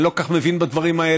אני לא כל כך מבין בדברים האלה,